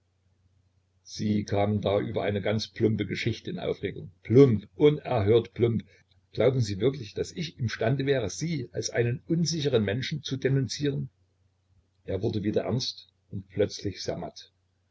sie kamen da über eine ganz plumpe geschichte in aufregung plump unerhört plump glauben sie wirklich daß ich im stande wäre sie als einen unsicheren menschen zu denunzieren er wurde wieder ernst und plötzlich